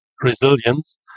resilience